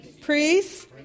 priests